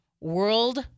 World